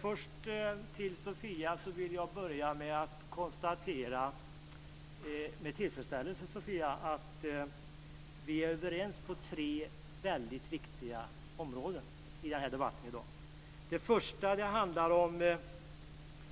Fru talman! Till Sofia Jonsson vill jag först säga att jag med tillfredsställelse kan konstatera att vi är överens på tre viktiga områden i debatten i dag. Det första är